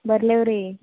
ಬರ್ಲ್ಯಾವು ರೀ